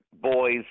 boys